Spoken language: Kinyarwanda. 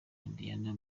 indiana